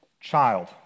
child